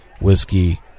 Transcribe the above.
whiskey